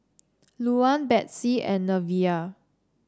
Luann Betsey and Neveah